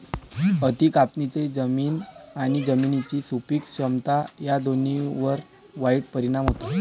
अति कापणीचा जमीन आणि जमिनीची सुपीक क्षमता या दोन्हींवर वाईट परिणाम होतो